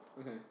Okay